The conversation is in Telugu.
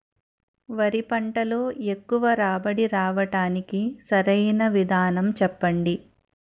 వరి పంటలో ఎక్కువ రాబడి రావటానికి సరైన విధానం చెప్పండి?